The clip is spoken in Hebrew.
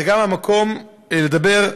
זה גם המקום לדבר,